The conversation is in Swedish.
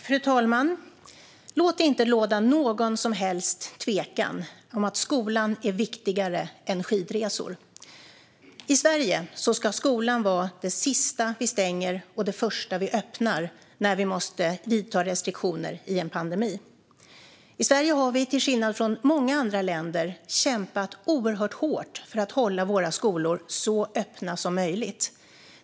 Fru talman! Låt det inte råda någon som helst tvekan om att skolan är viktigare än skidresor! I Sverige ska skolan vara det sista vi stänger och det första vi öppnar när vi måste införa restriktioner i en pandemi. I Sverige har vi, till skillnad från många andra länder, kämpat oerhört hårt för att hålla våra skolor så öppna som möjligt.